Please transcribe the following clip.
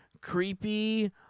creepy